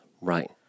Right